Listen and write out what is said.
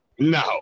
No